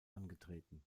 angetreten